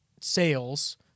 sales